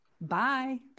Bye